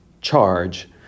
charge